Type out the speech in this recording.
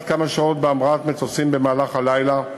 כמה שעות בהמראת מטוסים במהלך הלילה,